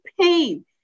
pain